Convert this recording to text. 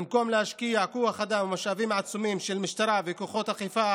במקום להשקיע כוח אדם ומשאבים עצומים של משטרה וכוחות אכיפה